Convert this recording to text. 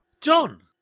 John